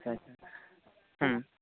ᱟᱪᱪᱷᱟ ᱟᱪᱪᱷᱟ ᱦᱩ